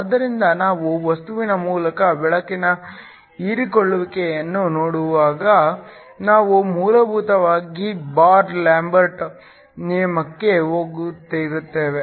ಆದ್ದರಿಂದ ನಾವು ವಸ್ತುವಿನ ಮೂಲಕ ಬೆಳಕಿನ ಹೀರಿಕೊಳ್ಳುವಿಕೆಯನ್ನು ನೋಡಿದಾಗ ನಾವು ಮೂಲಭೂತವಾಗಿ ಬೀರ್ ಲ್ಯಾಂಬರ್ಟ್ ನಿಯಮಕ್ಕೆ ಹಿಂತಿರುಗುತ್ತೇವೆ